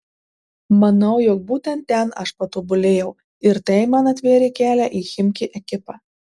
manau jog būtent ten aš patobulėjau ir tai man atvėrė kelią į chimki ekipą